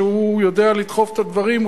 שיודע לדחוף את הדברים,